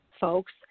folks